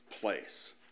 place